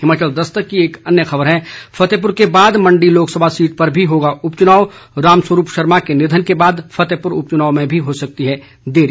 हिमाचल दस्तक की एक अन्य खबर है फतेहपुर के बाद मंडी लोकसभा सीट पर भी होगा उपचुनाव रामस्वरूप शर्मा के निधन के बाद फतेहपुर उपचुनाव में भी हो सकती है देरी